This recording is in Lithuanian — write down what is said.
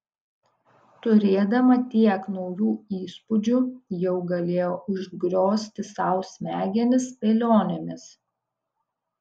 turėdama tiek naujų įspūdžių jau galėjo užgriozti sau smegenis spėlionėmis